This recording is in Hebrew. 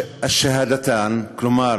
השהאדתאן, כלומר,